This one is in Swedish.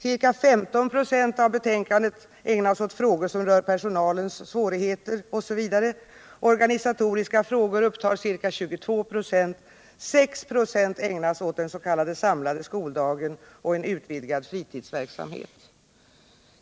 Ca 15 96 av betänkandet ägnas åt frågor som rör personalens svårigheter osv. Organisatoriska frågor upptar ca 22 96 och 6 96 ägnas åt den s.k. samlade skoldagen och en utökad fritidsverksamhet.